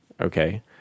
okay